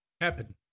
Happen